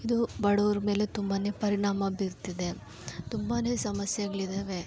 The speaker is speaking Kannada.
ಇದು ಬಡವ್ರ ಮೇಲೆ ತುಂಬ ಪರಿಣಾಮ ಬೀರ್ತಿದೆ ತುಂಬಾ ಸಮಸ್ಯೆಗಳಿದವೆ